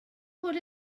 fod